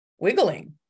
wiggling